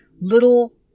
little